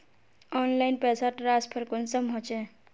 Online पैसा transfer कुंसम होचे?